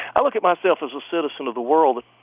i look at myself as a citizen of the world.